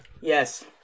Yes